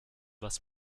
was